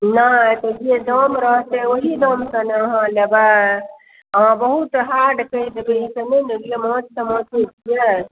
नहि जे दाम रहतै वही दाम से ने अहाँ लेबै अहाँ बहुत हार्ड कहि देबै तऽ नहि ने लेब माछ तऽ माछे छियै